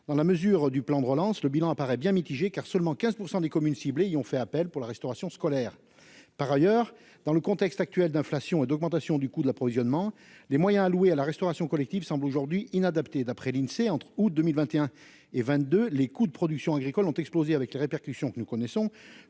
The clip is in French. dans la mesure du plan de relance le bilan apparaît bien mitigé car seulement 15 % des communes ciblées, ils ont fait appel pour la restauration scolaire, par ailleurs, dans le contexte actuel d'inflation et d'augmentation du coût de l'approvisionnement des moyens alloués à la restauration collective semble aujourd'hui inadaptée, d'après l'Insee, entre août 2021 et 22 les coûts de production agricole ont explosé avec les répercussions que nous connaissons